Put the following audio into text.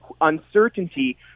uncertainty